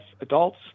adults